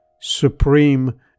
Supreme